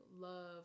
love